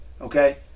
okay